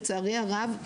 לצערי הרב,